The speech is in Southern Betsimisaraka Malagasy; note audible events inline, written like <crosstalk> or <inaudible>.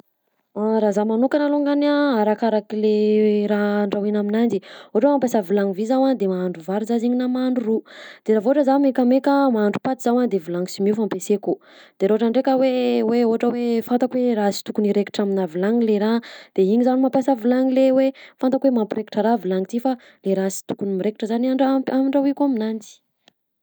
<hesitation> Raha za manokana alongany a arakarak'le raha andrahoina aminanjy, ohatra hoe mampiasa vilagny vy zao a de mahandro vary za zaigny na mahandro ro, de raha vao ohatra za maikamaika mahandro paty zaho a de vilagny sy miofo ampiasaiko, de raha ohatra ndraika hoe hoe ohatra hoe fantaka hoe raha sy tokony hiraikitra aminà vilagny le raha de igny zany mampiasa vilagny le hoe fantako hoe mampiraikitra raha vilagny ty fa le raha sy tokony miraikitra zany andra- amp- andrahoiko aminanjy.